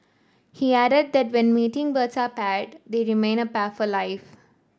he added that when mating birds are paired they remain a pair for life